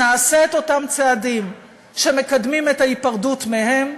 נעשה את אותם צעדים שמקדמים את ההיפרדות מהם,